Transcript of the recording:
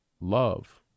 love